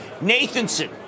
Nathanson